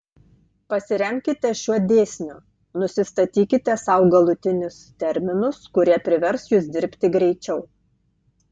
pasiremkite šiuo dėsniu nusistatykite sau galutinius terminus kurie privers jus dirbti greičiau